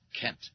Kent